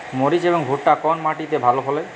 মরিচ এবং ভুট্টা কোন মাটি তে ভালো ফলে?